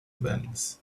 events